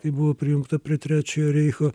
kai buvo prijungta prie trečiojo reicho